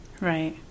Right